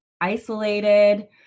isolated